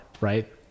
right